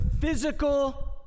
physical